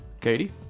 Katie